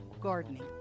gardening